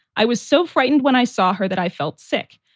i was so frightened when i saw her that i felt sick.